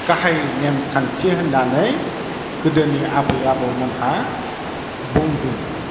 गाहाय नेम खान्थि होन्नानै गोदोनि आबै आबौमोनहा बुंदों